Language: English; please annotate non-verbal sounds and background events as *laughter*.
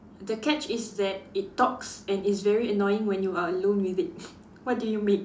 the catch is that it talks and is very annoying when you are alone with it *laughs* what do you make